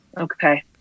okay